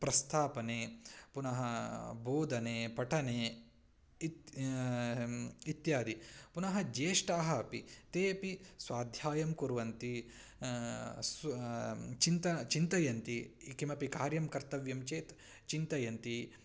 प्रस्थापने पुनः बोधने पठने इत् इत्यादि पुनः ज्येष्ठाः अपि तेऽपि स्वाध्यायं कुर्वन्ति सु चिन्त चिन्तयन्ति किमपि कार्यं कर्तव्यं चेत् चिन्तयन्ति